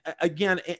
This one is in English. again